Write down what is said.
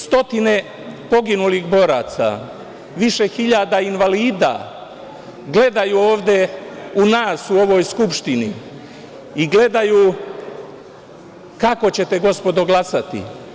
Stotine poginulih boraca, više hiljada invalida gledaju ovde u nas u ovoj Skupštini i gledaju kako ćete gospodo glasati.